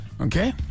Okay